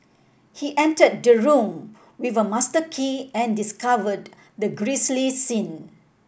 he entered the room with a master key and discovered the grisly scene